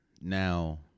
Now